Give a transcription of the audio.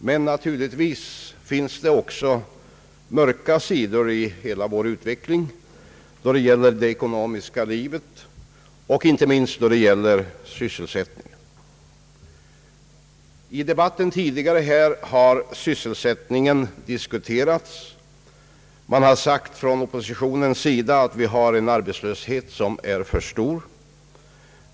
Men naturligtvis finns det också mörka sidor i hela vår utveckling då det gäller det ekonomiska livet och inte minst då det gäller sysselsättningen. I debatten tidigare har sysselsättningen diskuterats. Det har från oppositionens sida sagts att vi har en alltför stor arbetslöshet.